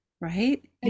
right